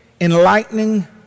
enlightening